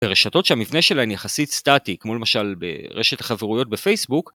ברשתות שהמבנה שלהם יחסית סטטי, כמו למשל ברשת החברויות בפייסבוק